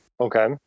Okay